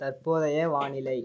தற்போதைய வானிலை